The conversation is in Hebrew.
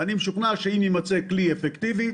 אני משוכנע שאם יימצא כלי אפקטיבי,